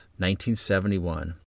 1971